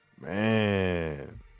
man